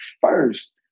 first